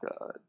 God